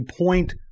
point